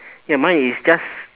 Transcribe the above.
ya mine is just